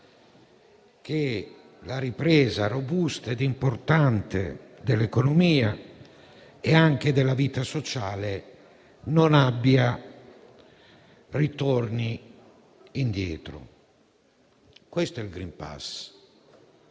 che la ripresa robusta ed importante dell'economia e della vita sociale non abbia ritorni indietro. Questo è il *green pass*.